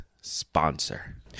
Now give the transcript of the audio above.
sponsor